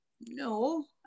no